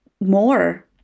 more